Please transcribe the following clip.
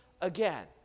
again